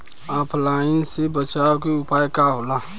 ऑफलाइनसे बचाव के उपाय का होला?